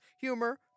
humor